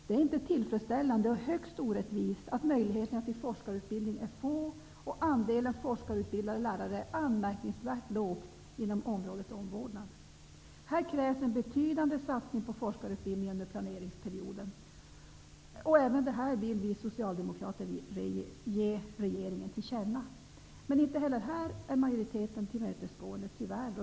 Det är inte tillfredsställande och högst orättvist att möjligheterna till forskarutbildning är få och att andelen forskarutbildade lärare är anmärkningsvärt låg inom området omvårdnad. Här krävs en betydande satsning på forskarutbildning under planeringsperioden. Även detta vill vi socialdemokrater ge regeringen till känna. Men inte heller här är majoriteten tillmötesgående, tyvärr.